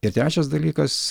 ir trečias dalykas